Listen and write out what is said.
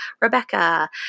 Rebecca